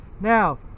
now